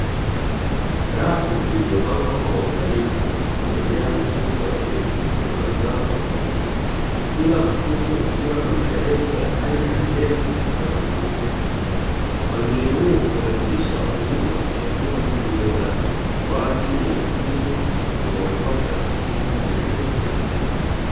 Rafu iliyopangwa kwa uangalifu iliyojaa mifuko ya mbegu za mazao tofauti kila mfuko ukiwa na maelezo aina ya mbegu na matumizi yake, mpangilio huu hurahisisha wakulima kuchagua mbegu bora, kwa ajili ya msimu unaofuata katika kilimo chenye tija.